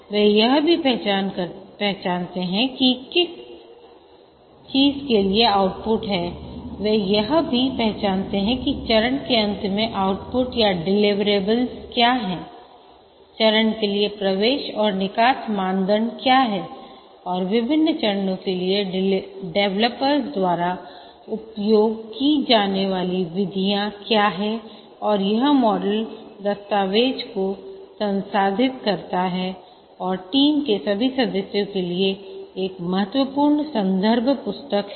वे यह भी पहचानते हैं कि किस चीज के लिए आउटपुट हैं वे यह भी पहचानते हैं कि चरण के अंत में आउटपुट या डिलिवरेबल्स क्या हैं चरण के लिए प्रवेश और निकास मानदंड क्या हैं और विभिन्न चरणों के लिए डेवलपर्स द्वारा उपयोग की जाने वाली विधियां क्या हैं और यह मॉडल दस्तावेज़ को संसाधित करता है और टीम के सभी सदस्यों के लिए एक महत्वपूर्ण संदर्भ पुस्तक है